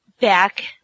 Back